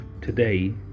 today